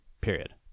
period